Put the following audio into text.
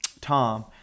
Tom